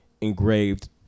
engraved